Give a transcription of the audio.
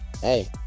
hey